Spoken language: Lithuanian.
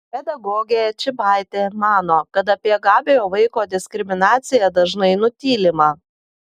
pedagogė čybaitė mano kad apie gabiojo vaiko diskriminaciją dažnai nutylima